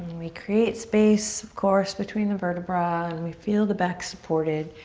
we create space, of course, between the vertebra and we feel the back supported.